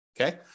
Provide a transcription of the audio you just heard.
Okay